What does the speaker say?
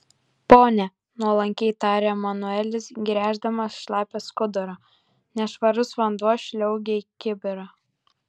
pone nuolankiai tarė manuelis gręždamas šlapią skudurą nešvarus vanduo žliaugė į kibirą